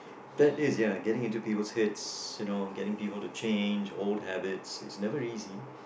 that is ya getting into peoples' heads you know getting people to change old habits is never easy